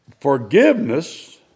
forgiveness